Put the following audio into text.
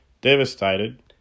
Devastated